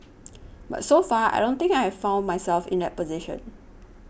but so far I don't think I've found myself in that position